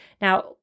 Now